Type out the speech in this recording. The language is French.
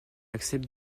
accepte